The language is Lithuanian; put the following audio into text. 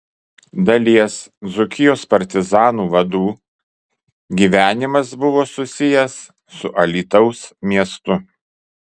dalies dzūkijos partizanų vadų gyvenimas buvo susijęs su alytaus miestu